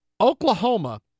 Oklahoma